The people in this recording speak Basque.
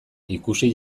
ikusi